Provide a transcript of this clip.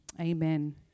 amen